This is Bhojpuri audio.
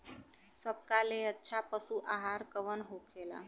सबका ले अच्छा पशु आहार कवन होखेला?